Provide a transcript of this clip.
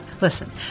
Listen